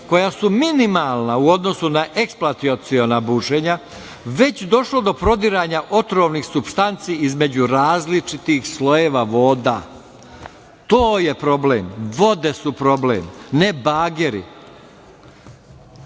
koja su minimalna u odnosu na eksplataciona bušenja, već došlo do prodiranja otrovnih supstanci između različitih slojeva voda. To je problem. vode su problem, a ne